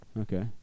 Okay